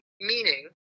meaning